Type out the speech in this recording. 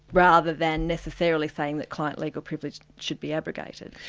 rather than necessarily saying that client legal privilege should be abrogated.